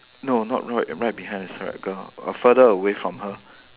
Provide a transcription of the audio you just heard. no not not right right behind is her girl err further away from her